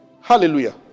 Hallelujah